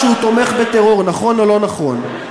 אמר שהוא תומך בטרור, נכון, או לא נכון?